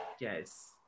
yes